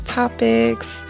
topics